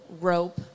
rope